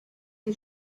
you